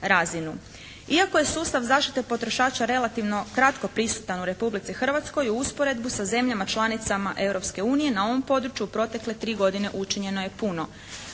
Iako je sustav zaštite potrošača relativno kratko prisutan u Republici Hrvatskoj u usporedbi sa zemljama članicama Europske unije na ovom području u protekle tri godine učinjeno je puno.